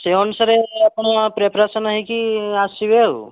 ସେ ଅନୁସାରେ ଆପଣ ପ୍ରିପେଆରେସନ୍ ହେଇକି ଆସିବେ ଆଉ